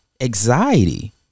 anxiety